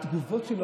התגובות שלו,